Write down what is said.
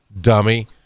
dummy